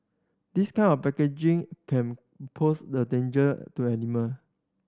this kind of packaging can pose the danger to animal